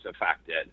affected